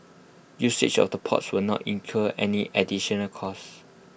usage of the ports will not incur any additional cost